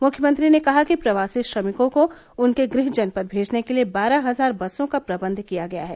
मुख्यमंत्री ने कहा कि प्रवासी श्रमिकों को उनके गृह जनपद भेजने के लिए बारह हजार बसों का प्रबंध किया गया है